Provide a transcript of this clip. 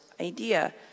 idea